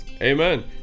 Amen